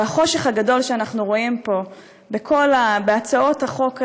והחושך הגדול שאנחנו רואים פה בהצעות החוק האלה,